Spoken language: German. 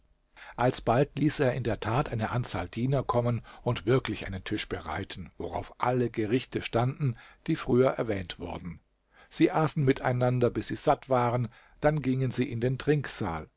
alsbald ließ er in der tat eine anzahl diener kommen und wirklich einen tisch bereiten worauf alle gerichte standen die früher erwähnt worden sie aßen miteinander bis sie satt waren dann gingen sie in den trinksaal